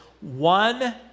one